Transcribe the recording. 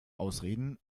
ausreden